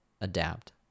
adapt